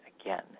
again